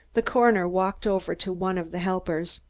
the coroner walked over to one of the helpers.